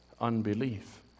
unbelief